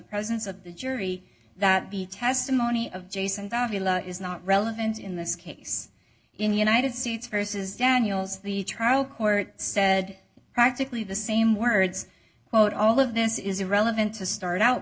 presence of the jury that the testimony of jason is not relevant in this case in the united states versus daniels the trial court said practically the same words quote all of this is irrelevant to start out